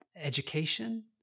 education